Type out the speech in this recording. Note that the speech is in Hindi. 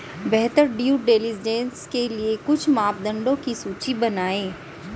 बेहतर ड्यू डिलिजेंस के लिए कुछ मापदंडों की सूची बनाएं?